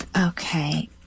Okay